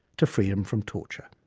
to freedom from torture.